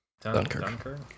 dunkirk